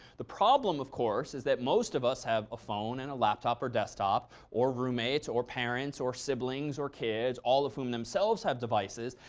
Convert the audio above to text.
the problem, of course, is that most of us have a phone and a laptop or desktop or roommates or parents or siblings or kids, all of whom themselves have devices.